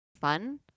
fun